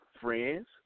friends